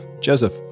Joseph